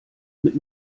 mit